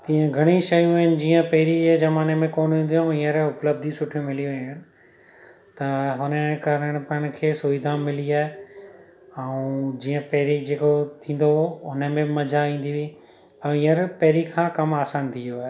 तीअं घणी शयूं आहिनि जीअं पहिरीं जी ज़माने में कोनि हूंदियूं हीअंर उपलब्धि सुठे मिली वियूं आहिनि त हुनजे कारण पाण खे सुविधा मिली आहे ऐं जीअं पहिरीं जेको थींदो हुयो उनमें मज़ा ईंदी हुई ऐं हीअंर पहिरीं खां कमु आसान थी वियो आहे